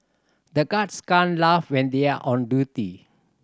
the guards can't laugh when they are on duty